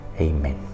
Amen